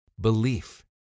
Belief